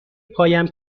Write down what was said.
پایم